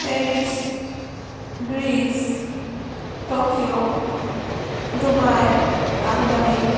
Paris Greece Tokyo Dubai Abu Dhabi